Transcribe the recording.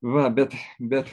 va bet bet